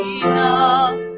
enough